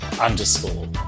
underscore